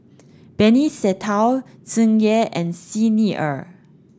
Benny Se Teo Tsung Yeh and Xi Ni Er